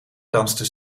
danste